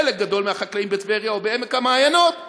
חלק גדול מהחקלאים בטבריה או בעמק-המעיינות,